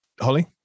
Holly